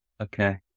okay